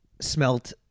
Smelt